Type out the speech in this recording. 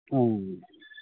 অঁ